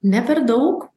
ne per daug